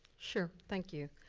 sure, thank you.